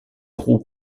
roux